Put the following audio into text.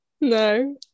No